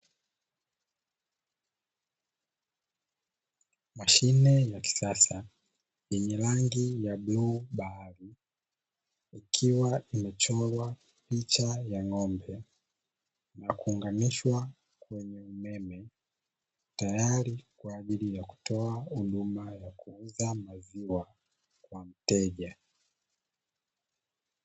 Mashine ya kisasa yenye rangi ya bluu bahari, ikiwa imechorwa picha ya ng'ombe na kuunganisha kwenye umeme, tayari kwa ajili ya kutoa huduma ya kuuza maziwa kwa mteja.